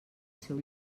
seu